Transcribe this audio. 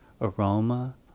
aroma